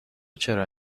چرا